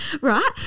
right